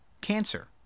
cancer